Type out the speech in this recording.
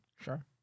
Sure